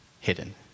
hidden